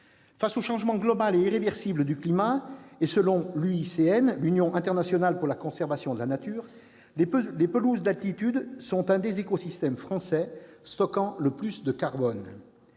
Face au changement global et irréversible du climat, et selon l'Union internationale pour la conservation de la nature, l'UICN, « les pelouses d'attitude sont un des écosystèmes français stockant le plus de carbone